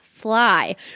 fly